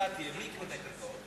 כתוצאה מזה, מי יקנה את הקרקעות?